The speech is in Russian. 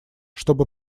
чтобы